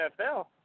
NFL